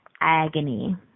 agony